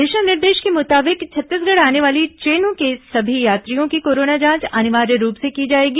दिशा निर्देश के मुताबिक छत्तीसगढ़ आने वाली ट्रेनों के सभी यात्रियों की कोरोना जांच अनिवार्य रूप से की जाएगी